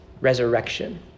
Resurrection